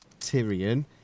Tyrion